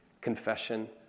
confession